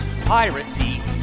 piracy